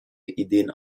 ideen